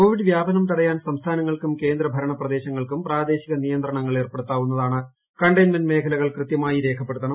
Covid വ്യാപനം തടയാൻ സംസ്ഥാനങ്ങൾക്കും കേന്ദ്രഭരണ പ്രദേശങ്ങൾക്കും പ്രാദേശിക നിയന്ത്രണങ്ങൾ ഏർപ്പെടുത്താവുന്നതാണ് കൺഡൈയ്ൻമെന്റ് മേഖലകൾ കൃത്യമായി രേഖപ്പെടുത്തണം